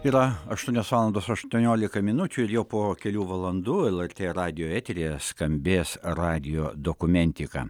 yra aštuonios valandos aštuoniolika minučių ir jau po kelių valandų lrt radijo eteryje skambės radijo dokumentika